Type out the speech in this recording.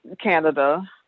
Canada